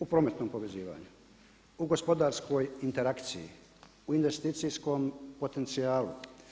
U prometnom povezivanju, u gospodarskoj interakciji, u investicijskom potencijalu.